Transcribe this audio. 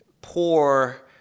poor